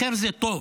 ח'יר זה טוב.